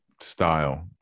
style